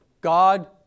God